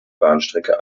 bahnstrecke